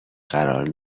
قرار